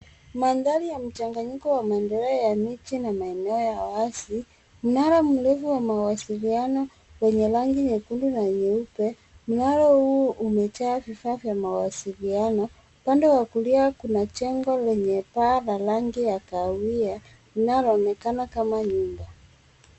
Mandhari ya mchanganyiko wa maendeleo ya miji na maeneo ya wazi. Mnara mdogo wa mawasiliano wenye rangi nyekundu na nyeupe. Mnara huu umejaa vifaa vya mawasiliano. Upande wa kulia, kuna jengo lenye paa la rangi ya kahawia inaloonekana kama nyumba.